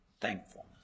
thankfulness